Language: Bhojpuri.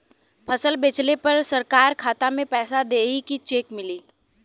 फसल बेंचले पर सरकार खाता में पैसा देही की चेक मिली?